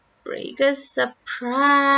biggest surprise